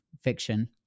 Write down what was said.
fiction